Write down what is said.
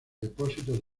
depósitos